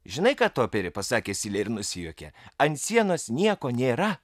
žinai ką toperi pasakė silė ir nusijuokė ant sienos nieko nėra